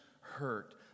hurt